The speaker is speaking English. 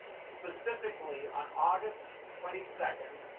specifically, on august twenty second,